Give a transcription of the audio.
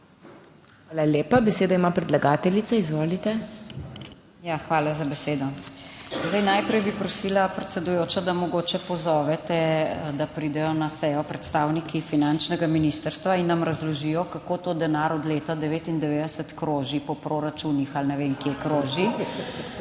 Hvala lepa. Besedo ima predlagateljica izvolite. **ALENKA JERAJ (PS SDS):** Ja, hvala za besedo. Zdaj, najprej bi prosila, predsedujoča, da mogoče pozovete, da pridejo na sejo predstavniki finančnega ministrstva in nam razložijo, kako to denar od leta 1999 kroži po proračunih ali ne vem kje kroži,